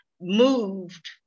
moved